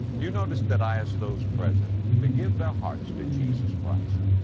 you noticed that i asked those present to give their hearts to jesus christ,